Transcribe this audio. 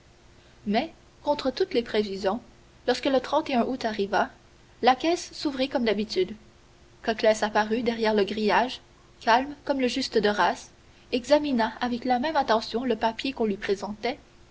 mais contre toutes les prévisions lorsque le août arriva la caisse s'ouvrit comme d'habitude coclès apparut derrière le grillage calme comme le juste d'horace examina avec la même attention le papier qu'on lui présentait